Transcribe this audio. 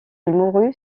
mourut